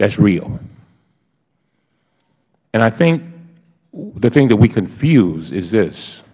that is real and i think the thing that we confuse is this